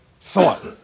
thought